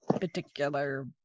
particular